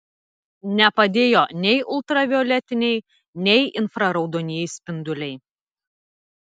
nepadėjo nei ultravioletiniai nei infraraudonieji spinduliai